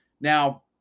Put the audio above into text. Now